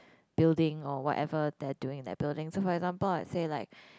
building or whatever they're doing in the building so for example let's say like